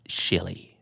chili